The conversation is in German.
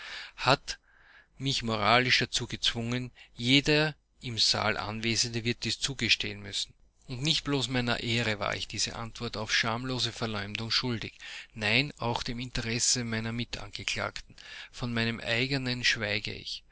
hat mich moralisch dazu gezwungen jeder im saal anwesende wird dies zugestehen müssen und nicht bloß meiner ehre war ich diese antwort auf schamlose verleumdungen schuldig nein auch dem interesse meiner mitangeklagten von meinem eigenen schweige ich